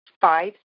five